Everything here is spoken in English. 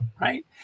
right